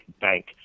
bank